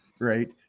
right